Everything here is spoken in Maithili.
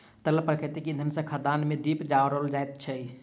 तरल प्राकृतिक इंधन सॅ खदान मे दीप जराओल जाइत अछि